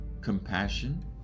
compassion